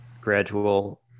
gradual